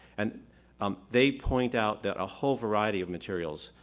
and um they point out that a whole variety of materials,